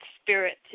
spirit